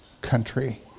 country